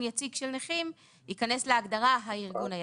יציג של נכים ייכנס להגדרה הארגון היציג.